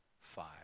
five